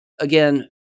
Again